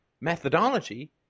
methodology